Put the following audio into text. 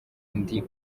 ndi